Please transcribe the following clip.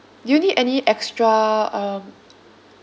do you need any extra um